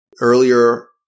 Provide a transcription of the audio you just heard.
Earlier